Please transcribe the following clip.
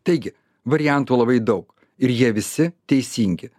taigi variantų labai daug ir jie visi teisingi